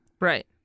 Right